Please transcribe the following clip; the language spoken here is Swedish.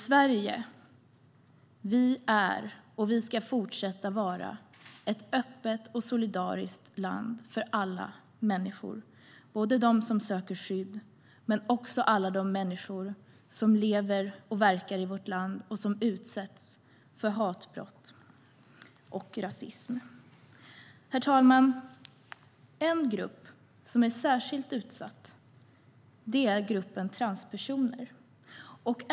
Sverige är och ska fortsätta att vara ett öppet och solidariskt land för alla människor, också för dem som söker skydd och för alla de människor som lever och verkar i vårt land och som utsätts för hatbrott och rasism. Herr talman! En grupp som är särskilt utsatt är gruppen transpersoner.